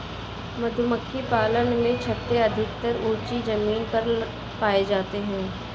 मधुमक्खी पालन में छत्ते अधिकतर ऊँची जमीन पर पाए जाते हैं